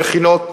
למכינות,